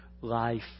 life